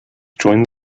joined